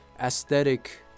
aesthetic